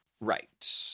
Right